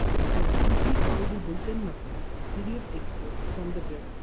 i can simply call the builtin method pdf export from the grid.